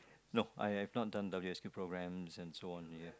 nope I've not done W_S_Q programs and so on yet